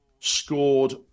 scored